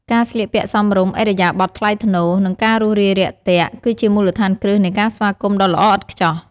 ការស្លៀកពាក់សមរម្យ ឥរិយាបទថ្លៃថ្នូរ និងការរួសរាយរាក់ទាក់ គឺជាមូលដ្ឋានគ្រឹះនៃការស្វាគមន៍ដ៏ល្អឥតខ្ចោះ។